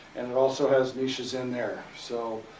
and it also has niches in there. so,